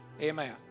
Amen